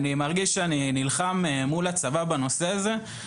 אני מרגיש שאני נלחם מול הצבא בנושא הזה,